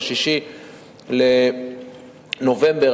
ב-6 בנובמבר,